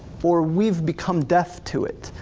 or we've become deaf to it.